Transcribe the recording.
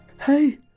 Hey